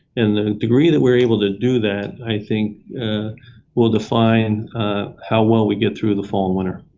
and the degree that we're able to do that i think will define how well we get through the fall and winter.